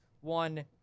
one